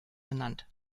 genannt